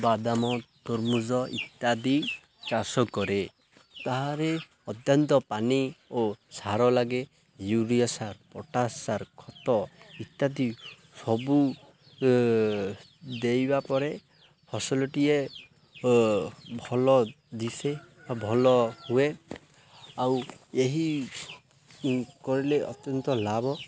ବାଦାମ ତରଭୁଜ ଇତ୍ୟାଦି ଚାଷ କରେ ତାହାରେ ଅତ୍ୟନ୍ତ ପାନି ଓ ସାର ଲାଗେ ୟୁରିଆ ସାର୍ ପଟାସ ସାର୍ ଖତ ଇତ୍ୟାଦି ସବୁ ଦେଇବା ପରେ ଫସଲଟିଏ ଭଲ ଦିଶେ ଭଲ ହୁଏ ଆଉ ଏହି କଲେ ଅତ୍ୟନ୍ତ ଲାଭ